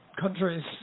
countries